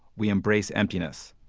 we embrace emptiness,